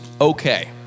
okay